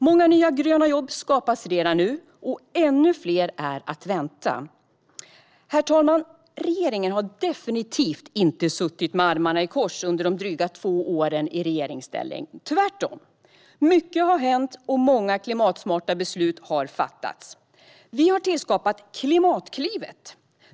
Många nya gröna jobb skapas redan nu, och ännu fler är att vänta. Herr talman! Regeringen har definitivt inte suttit med armarna i kors under de dryga två åren i regeringsställning. Tvärtom! Mycket har hänt, och många klimatsmarta beslut har fattats. Vi har skapat Klimatklivet.